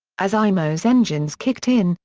as imo's engines kicked in,